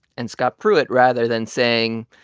and scott pruitt, rather than saying,